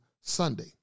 Sunday